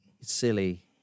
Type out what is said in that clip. Silly